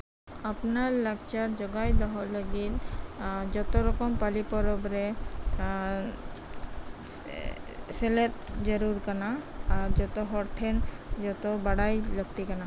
ᱟᱯᱱᱟᱨ ᱞᱟᱠᱪᱟᱨ ᱡᱚᱜᱟᱣ ᱫᱚᱦᱚᱭ ᱞᱟᱹᱜᱤᱫ ᱡᱚᱛᱚ ᱨᱚᱠᱚᱢ ᱯᱟᱹᱞᱤ ᱯᱚᱨᱚᱵᱽ ᱨᱮ ᱥᱮᱞᱮᱫ ᱡᱟᱹᱨᱩᱲ ᱠᱟᱱᱟ ᱟᱨ ᱡᱚᱛᱚ ᱦᱚᱲ ᱴᱷᱮᱱ ᱡᱚᱛᱚ ᱵᱟᱰᱟᱭ ᱞᱟᱹᱠᱛᱤ ᱠᱟᱱᱟ